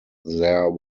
there